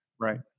Right